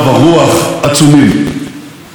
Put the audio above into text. אבל 200,000 יהודי ליטא,